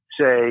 say